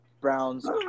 Browns